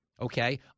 Okay